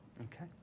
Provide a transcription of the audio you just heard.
okay